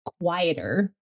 quieter